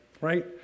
right